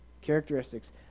Characteristics